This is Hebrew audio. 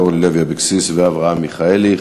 אורלי לוי אבקסיס ואברהם מיכאלי.